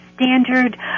standard